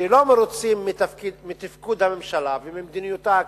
שלא מרוצים מתפקוד הממשלה וממדיניותה הכלכלית,